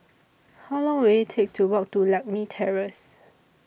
How Long Will IT Take to Walk to Lakme Terrace